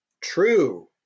true